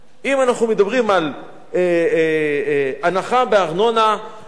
אם אנחנו מדברים על הנחה בארנונה למשפחות